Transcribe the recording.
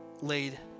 laid